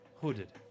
hooded